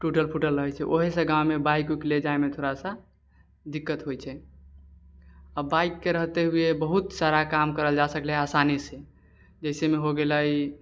टूटल फूटल रहै छै ओहीसँ गाँवमे बाइक उइक ले जाइमे थोड़ा सा दिक्कत होइ छै अब बाइकके रहते हुए बहुत सारा काम करल जा सकलै आसानीसँ जैसेमे हो गेलै